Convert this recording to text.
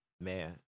man